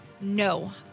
No